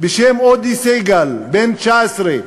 בשם אודי סגל, בן 19,